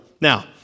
Now